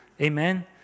Amen